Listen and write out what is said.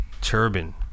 Turban